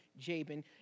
Jabin